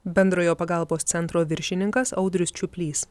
bendrojo pagalbos centro viršininkas audrius čiuplys